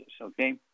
okay